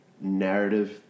narrative